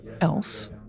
else